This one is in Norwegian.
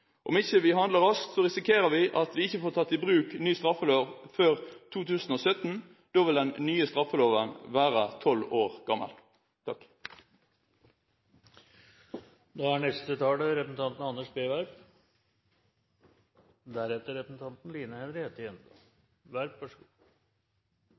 Om ikke vi handler raskt, risikerer vi at vi ikke får tatt i bruk ny straffelov før 2017. Da vil den nye straffeloven være tolv år gammel. Det er